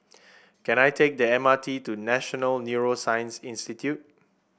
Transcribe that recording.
can I take the M R T to National Neuroscience Institute